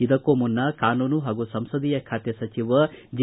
ಇದಕ್ಕೂ ಮುನ್ನ ಕಾನೂನು ಹಾಗೂ ಸಂಸದೀಯ ಖಾತೆ ಸಚಿವ ಜೆ